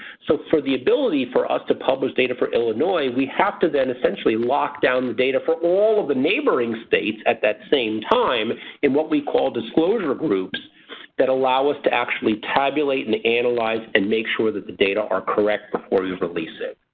so for the ability for us to publish data for illinois we have to then essentially lock down the data for all of the neighboring states at that same time in what we call disclosure groups that allow us to actually tabulate and analyze and make sure that the data are correct before we release it.